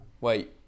Wait